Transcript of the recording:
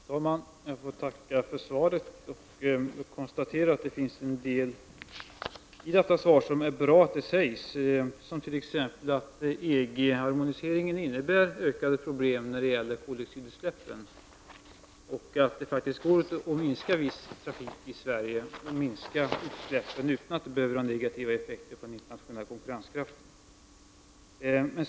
Fru talman! Jag får tacka för svaret. Jag konstaterar att det finns en del i svaret som är bra, t.ex. understrykandet av att EG-harmoniseringen innebär en ökning av problemen när det gäller koldioxidutsläppen och att det faktiskt går att minska viss trafik i Sverige och därmed minska utsläppen utan att det behöver få negativa effekter på den internationella konkurrenskraften.